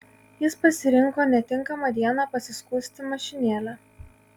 jis pasirinko netinkamą dieną pasiskųsti mašinėle